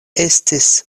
estis